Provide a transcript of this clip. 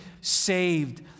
saved